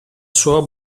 sua